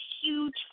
huge